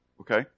Okay